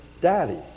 Daddy